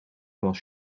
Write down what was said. was